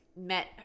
met